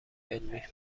علمی